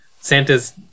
Santa's